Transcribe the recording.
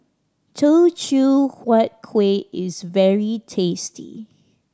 Teochew Huat Kueh is very tasty